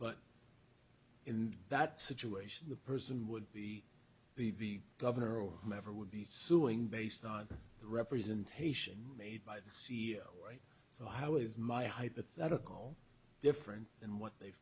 but in that situation the person would be the governor or never would be suing based on representations made by the c e o so how is my hypothetical different than what they've